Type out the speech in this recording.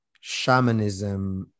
shamanism